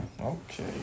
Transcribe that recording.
Okay